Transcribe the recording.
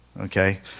okay